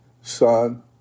Son